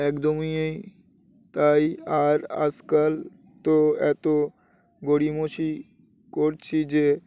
একদমইই তাই আর আজকাল তো এত গড়িমসি করছি যে